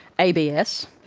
abs,